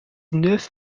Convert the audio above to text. neuf